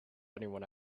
anyone